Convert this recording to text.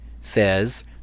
says